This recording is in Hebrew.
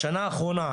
בשנה האחרונה,